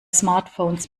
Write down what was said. smartphones